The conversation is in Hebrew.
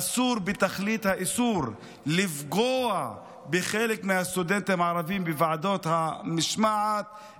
אסור בתכלית האיסור לפגוע בחלק מהסטודנטים הערבים בוועדת המשמעת,